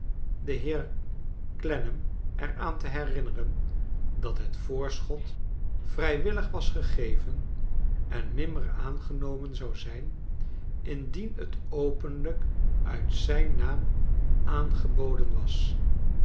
den heer clennam er aan te herinneren dat het voorschot vrijwillig was gegeven en nimmer aangenomen zou zijn indien het openlijk uit zijn naam aangeboden was